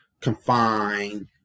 confined